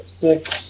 Six